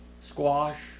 squash